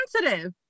sensitive